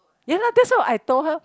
ya lah that's what I told her